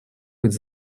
быть